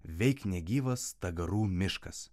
veik negyvas stagarų miškas